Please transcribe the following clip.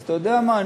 אתה יודע מה?